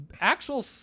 actual